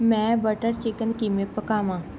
ਮੈਂ butter chicken ਕਿਵੇਂ ਪਕਾਵਾਂ